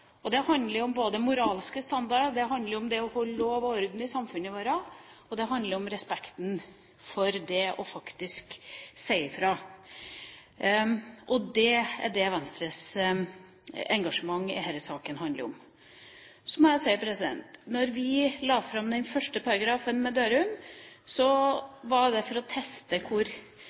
Det handler både om moralske standarder og om det å ha lov og orden i samfunnet vårt. Og det handler om respekten for det å si fra. Det er det Venstres engasjement i denne saken handler om. Da vi la fram den første paragrafen med Dørum, var det for å teste og finne ut akkurat hvor